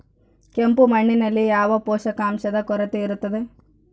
ಕೆಂಪು ಮಣ್ಣಿನಲ್ಲಿ ಯಾವ ಪೋಷಕಾಂಶದ ಕೊರತೆ ಇರುತ್ತದೆ?